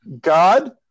God